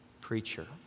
preacher